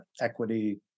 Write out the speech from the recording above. equity